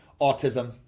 autism